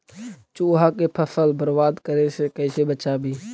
चुहा के फसल बर्बाद करे से कैसे बचाबी?